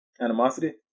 Animosity